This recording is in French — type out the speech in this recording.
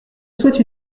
souhaite